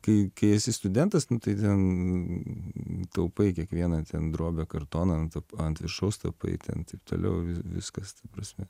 kai kai esi studentas nu tai ten taupai kiekvieną ten drobę kartoną ant ant viršaus tapai ten taip toliau viskas ta prasme